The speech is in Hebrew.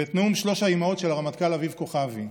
ואת נאום שלוש האימהות של הרמטכ"ל אביב כוכבי.